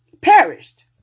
perished